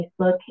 Facebook